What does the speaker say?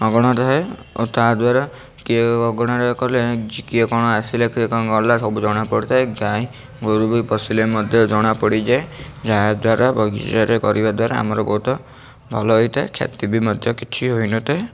ଅଗଣା ରୁହେ ଓ ତା' ଦ୍ୱାରା କିଏ ଅଗଣାରେ କଲେ କିଏ କ'ଣ ଆସିଲେ କିଏ କ'ଣ ଗଲେ ସବୁ ଜଣା ପଡ଼ିଥାଏ ଗାଈ ଗୋରୁ ବି ପଶିଲେ ମଧ୍ୟ ଜଣା ପଡ଼ିଯାଏ ଯାହାଦ୍ୱାରା ବଗିଚାରେ କରିବା ଦ୍ୱାରା ଆମର ବହୁତ ଭଲ ହୋଇଥାଏ କ୍ଷତି ବି ମଧ୍ୟ କିଛି ହୋଇନଥାଏ